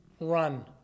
Run